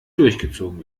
durchgezogen